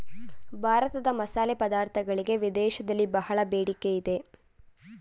ಭಾರತದ ಮಸಾಲೆ ಪದಾರ್ಥಗಳಿಗೆ ವಿದೇಶದಲ್ಲಿ ಬಹಳ ಬೇಡಿಕೆ ಇದೆ